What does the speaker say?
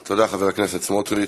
תודה, חבר הכנסת סמוטריץ.